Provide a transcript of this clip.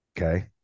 Okay